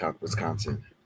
Wisconsin